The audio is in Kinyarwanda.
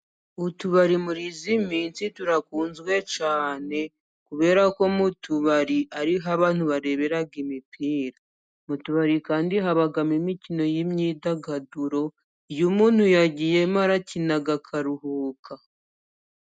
Utubari muri iyi minsi turakunzwe cyane kubera ko mu tubari ariho abantu barebera imipira, mu tubari kandi habamo imikino y'imyidagaduro iyo umuntu yagiyemo arakina akaruhuka.